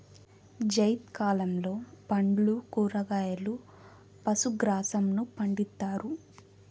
జైద్ కాలంలో పండ్లు, కూరగాయలు, పశు గ్రాసంను పండిత్తారు